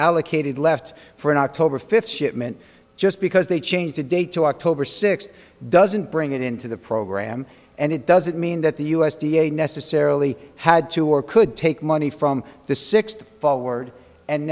allocated left for an october fifth shipment just because they changed the date to october sixth doesn't bring it into the program and it doesn't mean that the u s d a necessarily had to or could take money from the sixth forward and